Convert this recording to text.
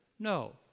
No